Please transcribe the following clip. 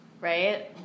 Right